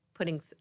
putting